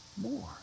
more